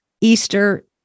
Easter